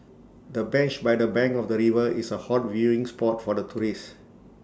the bench by the bank of the river is A hot viewing spot for the tourists